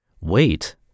wait